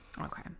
Okay